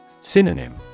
Synonym